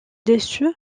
dessus